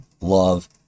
love